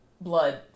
blood